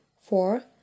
four